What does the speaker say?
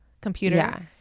computer